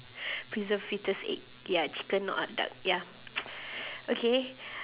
preserved foetus egg ya chicken or duck ya okay